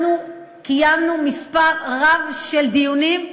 אנחנו קיימנו מספר רב של דיונים,